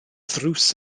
ddrws